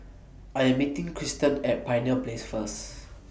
I Am meeting Kristan At Pioneer Place First